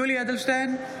(קוראת בשמות חברי הכנסת) יולי יואל אדלשטיין,